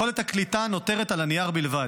יכולת הקליטה נותרת על הנייר בלבד,